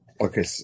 Okay